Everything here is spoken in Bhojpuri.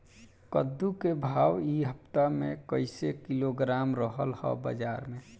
कद्दू के भाव इ हफ्ता मे कइसे किलोग्राम रहल ह बाज़ार मे?